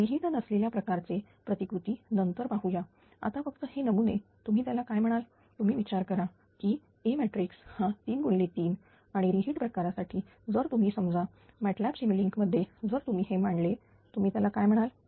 रि हीट नसलेल्या प्रकारचे प्रतिकृती नंतर पाहू या आता फक्त हे तुमचे तुम्ही त्याला काय म्हणा तुम्ही विचार करा की A मॅट्रिक्स हा3 गुणिले 3 आणि रि हीट प्रकारासाठी जर तुम्ही समजा MATLAB सिम यू लींक मध्ये जर तुम्ही हे मांडले तुम्ही त्याला काय म्हणाल